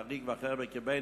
החריג והאחר בקרבנו,